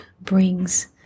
brings